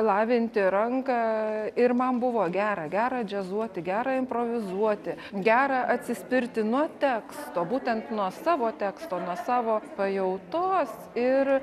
lavinti ranką ir man buvo gera gera džiazuoti gera improvizuoti gera atsispirti nuo teksto būtent nuo savo teksto nuo savo pajautos ir